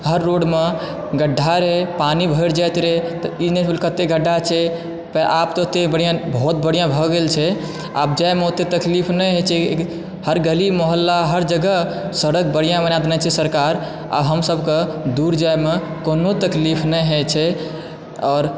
हर रोडमे गढ्ढा रहय पानी भरि जाइत रहय तऽ ई नहि बुझल कतय गढ्ढा छै तऽ आब तऽ ततय बढ़िआँ बहुत बढ़िआँ भऽ गेल छै आब जाइमे ओतय तकलीफ नहि होइ छै हर गली मोहल्ला हर जगह सड़क बढ़िआँ बना देने छै सरकार आ हमसभके दूर जाइमे कोनो तकलीफ नहि होयत छै आओर